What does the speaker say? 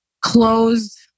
closed